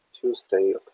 Tuesday